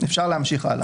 אפשר להמשיך הלאה.